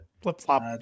Flip-flop